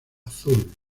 azul